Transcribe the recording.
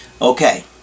Okay